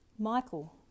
Michael